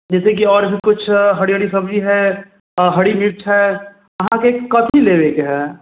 जतेकि आओर भी किछु हरी हरी सब्जी हइ हरी मिर्च हइ अहाँके कथी लेबेके हइ